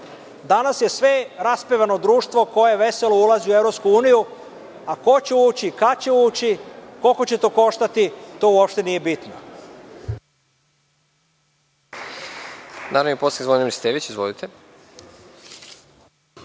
Danas je sve raspevano društvo koje veselo ulazi u EU, a ko će ući, kad će ući, koliko će to koštati, to uopšte nije bitno.